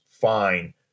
fine